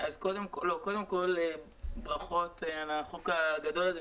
קודם כול ברכות על החוק הגדול הזה.